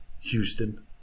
Houston